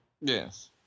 Yes